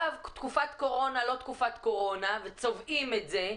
תקופת קורונה, לא תקופת קורונה, צובעים את זה,